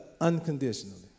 unconditionally